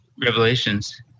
revelations